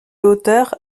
hauteur